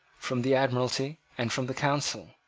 from the admiralty, and from the council,